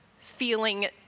feeling